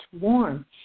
warm